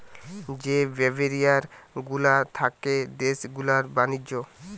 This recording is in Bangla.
যে ব্যারিয়ার গুলা থাকে দেশ গুলার ব্যাণিজ্য